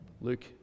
Luke